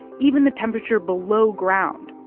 even the temperature below ground,